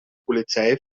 polizei